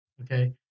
Okay